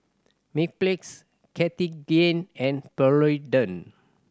Mepilex Cartigain and